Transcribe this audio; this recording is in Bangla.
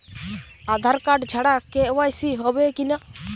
আধার কার্ড ছাড়া কে.ওয়াই.সি হবে কিনা?